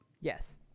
Yes